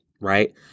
right